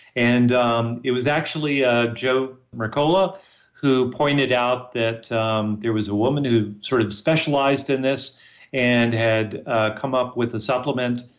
and um it was actually ah joe mercola who pointed out that um there was a woman who sort of specialized in this and had come up with a supplement.